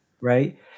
right